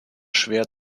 schwer